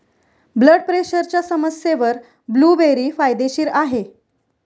blood प्रेशरच्या समस्येवर blueberry फायदेशीर आहे